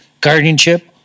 guardianship